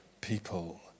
people